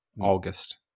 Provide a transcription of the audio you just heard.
August